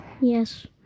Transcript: Yes